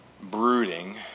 brooding